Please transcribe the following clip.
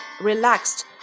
relaxed